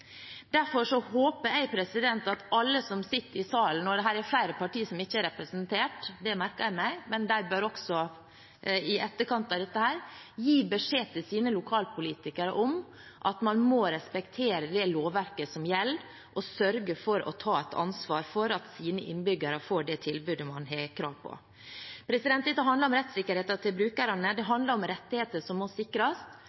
håper jeg at alle som sitter i salen – og det er flere partier som ikke er representert, det merker jeg meg – i etterkant av dette gir beskjed til sine lokalpolitikere om at man må respektere det lovverket som gjelder, og sørge for å ta ansvar for at innbyggerne deres får det tilbudet de har krav på. Dette handler om rettssikkerheten til brukerne. Det